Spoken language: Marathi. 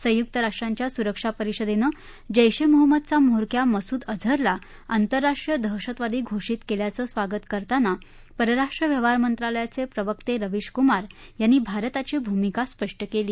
संयुक्त राष्ट्राच्या सुरक्षा परिषदेनं जैश ए मोहम्मदचा म्होरक्या मसुद अजहरला आंतरराष्ट्रीय दहशतवादी घोषीत केल्याचं स्वागत करताना परराष्ट्र व्यवहारमंत्रालयाचे प्रवक्ते रवीश कुमार यानी भारताची भूमिका स्पष्ट केली